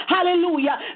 Hallelujah